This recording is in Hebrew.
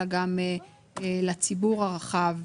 אלא גם לציבור הרחב,